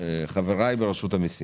מחבריי ברשות המיסים,